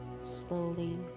slowly